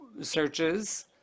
searches